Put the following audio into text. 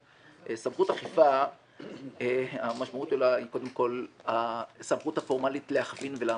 סמכות אכיפה המשמעות שלה היא קודם כל הסמכות הפורמלית להכווין ולהנחות.